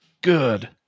Good